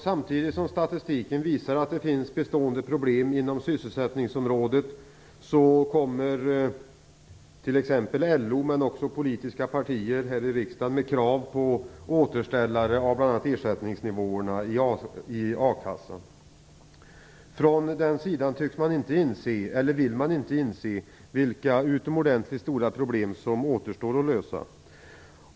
Samtidigt som statistiken visar att det finns bestående problem inom sysselsättningsområdet, kommer t.ex. LO men också politiska partier här i riksdagen med krav på återställare av bl.a. ersättningsnivåerna i a-kassan. Dessa debattörer tycks inte eller vill inte inse vilka utomordentligt stora problem som återstår att lösa.